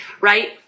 right